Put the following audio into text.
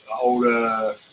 older